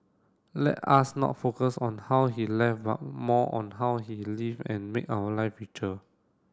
let us not focus on how he left but more on how he lived and made our live richer